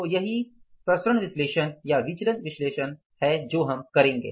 तो यही प्रसरण विश्लेषण हम करेंगे